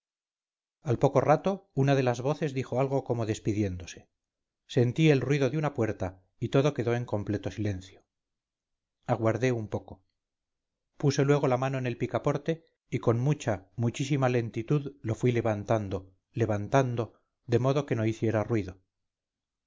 al poco rato una de las voces dijo algo como despidiéndose sentí el ruido de una puerta y todo quedó en completo silencio aguardé un poco puse luego la mano en el picaporte y con mucha muchísima lentitud lo fui levantando levantando de modo que no hiciera ruido